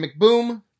McBoom